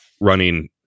running